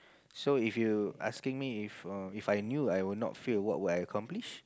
so if you asking me if err If I knew I would not fail what would I accomplish